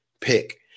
pick